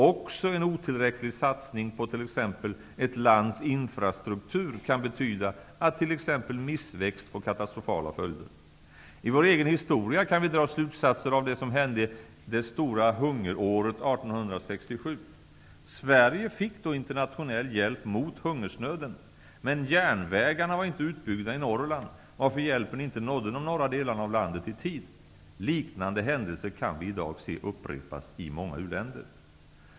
Också en otillräcklig satsning på t.ex. ett lands infrastruktur kan betyda att missväxt får katastrofala följder. I vår egen historia kan vi dra slutsatser av det som hände det stora hungeråret 1867. Sverige fick då internationell hjälp mot hungersnöden. Men järnvägarna var inte utbyggda i Norrland, varför hjälpen inte nådde de norra delarna av landet i tid. Liknande händelser kan vi i dag se upprepas i många u-länder.